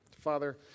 Father